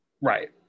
Right